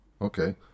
okay